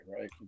right